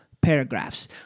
paragraphs